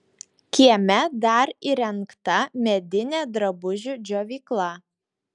kieme dar įrengta medinė drabužių džiovykla